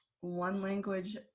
one-language